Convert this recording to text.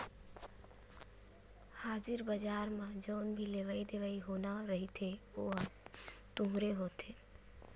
हाजिर बजार म जउन भी लेवई देवई होना रहिथे ओहा तुरते होथे